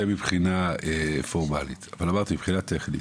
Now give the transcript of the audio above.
זה מבחינה פורמלית, אבל אמרתי מבחינה טכנית.